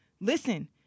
listen